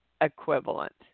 Equivalent